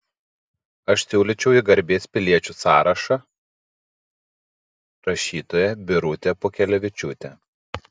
aš siūlyčiau į garbės piliečių sąrašą rašytoją birutę pūkelevičiūtę